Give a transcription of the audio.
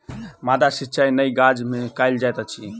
माद्दा सिचाई नाइ गज में कयल जाइत अछि